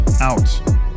out